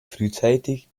frühzeitig